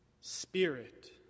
Spirit